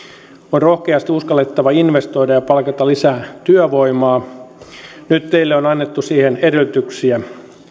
on rohkeasti uskallettava investoida ja palkata lisää työvoimaa nyt teille on annettu siihen edellytyksiä